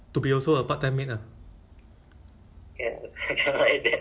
the best is we have a maid let's say let's say in the future